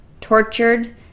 tortured